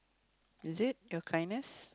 is it your kindness